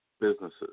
businesses